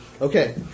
Okay